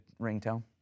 ringtone